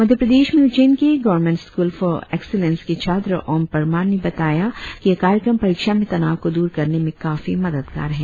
मध्यप्रदेश में उज्जैन के government school for excellence के छात्र ओम परमार ने बताया कि यह कार्यक्रम परीक्षा में तनाव को दूर करने में काफी मददगार है